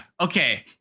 Okay